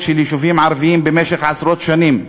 של יישובים ערביים במשך עשרות שנים,